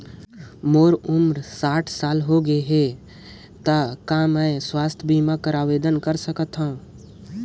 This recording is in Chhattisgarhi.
मोर उम्र साठ साल हो गे से त कौन मैं स्वास्थ बीमा बर आवेदन कर सकथव?